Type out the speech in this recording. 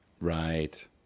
Right